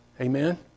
Amen